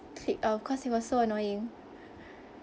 click off cause it was so annoying